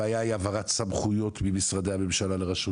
הבעיה היא העברת סמכויות ממשרדי הממשלה לרשות